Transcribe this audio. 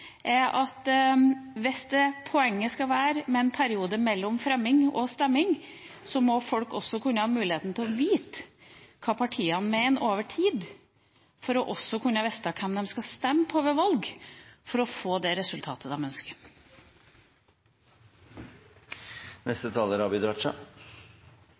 folk, hvis poenget skal være en periode mellom fremming og stemming, også kunne ha muligheten til å vite hva partiene mener over tid, for å kunne vite hva de skal stemme på ved valg for å få det resultatet